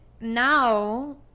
now